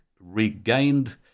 regained